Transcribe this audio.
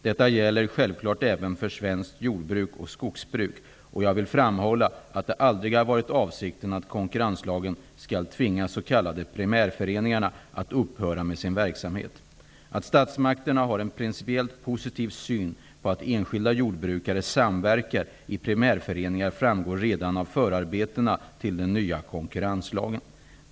Detta gäller självklart även svenskt jord och skogsbruk, och jag vill framhålla att avsikten aldrig har varit att konkurrenslagen skall tvinga s.k. primärföreningar att upphöra med sin verksamhet. Att statsmakterna har en principiellt positiv syn på att enskilda jordbrukare samverkar i primärföreningar framgår redan av förarbetena till den nya konkurrenslagen.